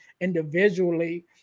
individually